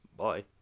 Bye